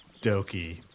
Doki